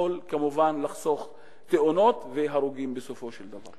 כמובן לחסוך תאונות והרוגים בסופו של דבר.